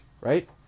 right